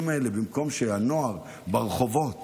במקום שהנוער ברחובות